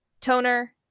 toner